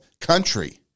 country